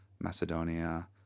Macedonia